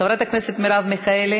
חברת הכנסת מרב מיכאלי.